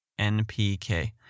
NPK